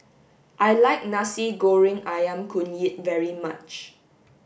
I like Nasi Goreng Ayam Kunyit very much